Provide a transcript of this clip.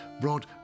brought